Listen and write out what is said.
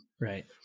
Right